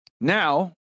now